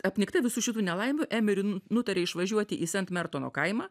apnikta visų šitų nelaimių emiri nutarė išvažiuoti į sent mertono kaimą